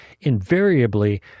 invariably